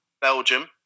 Belgium